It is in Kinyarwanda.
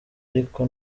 ariko